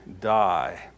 die